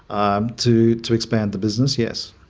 um to, to expand the business, yes,